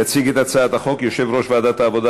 יציג את הצעת החוק יושב-ראש ועדת העבודה,